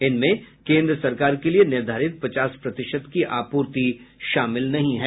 इनमें केन्द्र सरकार के लिए निर्धारित पचास प्रतिशत की आपूर्ति शामिल नहीं है